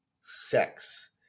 sex